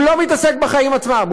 הוא לא מתעסק בחיים עצמם,